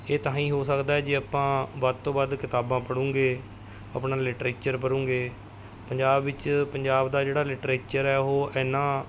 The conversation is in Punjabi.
ਇਹ ਤਾਂ ਹੀ ਹੋ ਸਕਦਾ ਜੇ ਆਪਾਂ ਵੱਧ ਤੋਂ ਵੱਧ ਕਿਤਾਬਾਂ ਪੜੂੰਗੇ ਆਪਣਾ ਲਿਟਰੇਚਰ ਪੜੂੰਗੇ ਪੰਜਾਬ ਵਿੱਚ ਪੰਜਾਬ ਦਾ ਜਿਹੜਾ ਲਿਟਰੇਚਰ ਹੈ ਉਹ ਐਨਾ